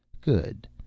Good